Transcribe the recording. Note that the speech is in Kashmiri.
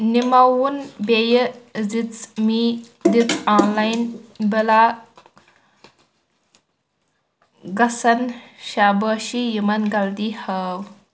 نِمووُن بیٚیہِ زِژمی دِژ آن لایِن بلا گسَن شابٲشی یِمَن غلطی ہٲو